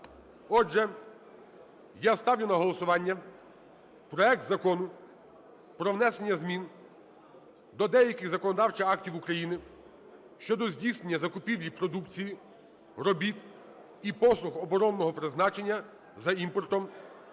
Отже, я ставлю на голосування проект Закону про внесення змін до деяких законодавчих актів України щодо здійснення закупівлі продукції, робіт і послуг оборонного призначення за імпортом